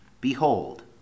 Behold